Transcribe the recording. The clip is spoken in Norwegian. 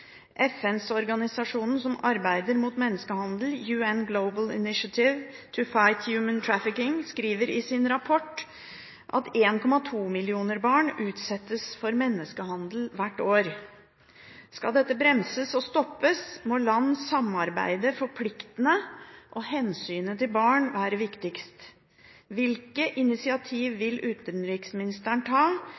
som arbeider mot menneskehandel, UN Global Initiative to Fight Human Trafficking, skriver i sin rapport at 1,2 millioner barn er utsatt for menneskehandel hvert år. Skal dette bremses og stoppes, må land samarbeide forpliktende og hensynet til barna være viktigst. Hvilke initiativ vil utenriksministeren ta